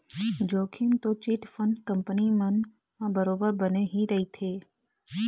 जोखिम तो chit fund company मन म बरोबर बने ही रहिथे